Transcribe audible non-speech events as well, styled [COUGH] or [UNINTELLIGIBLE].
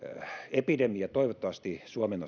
epidemia toivottavasti suomen [UNINTELLIGIBLE]